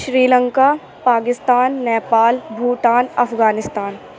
Sri Lanka Pakistan Nepal Bhutan Afghanistan